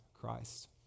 Christ